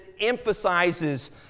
emphasizes